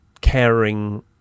caring